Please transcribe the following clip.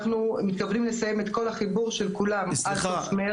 אנחנו מתכוונים לסיים את כל החיבור של כולם עד סוף מרס.